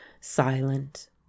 silent